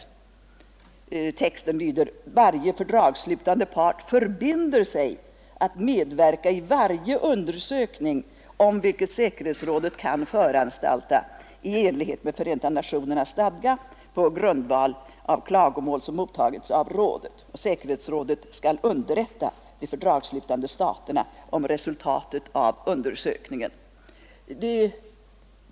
Avtalstexten har följande lydelse: Varje fördragsslutande part förbinder sig att medverka i varje undersökning om vilken säkerhetsrådet kan föranstalta i enlighet med Förenta nationernas stadga på grundval av klagomål som mottagits av rådet. Säkerhetsrådet skall underrätta de fördragsslutande staterna om resultatet av undersökningen.